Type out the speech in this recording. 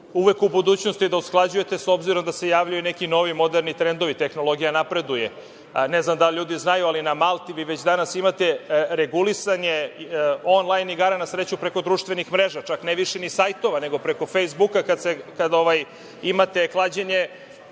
uvek u budućnosti da usklađujete, s obzirom da se javljaju neki novi moderni trendovi, tehnologija napreduje. Ne znam da li ljudi znaju, ali na Malti već danas imate regulisanje on-lajn igara na sreću preko društvenih mreža, čak ne više ni sajtova, nego preko Fejsbuka, kada imate klađenje,